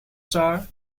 sir